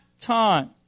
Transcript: time